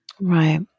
Right